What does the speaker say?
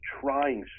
trying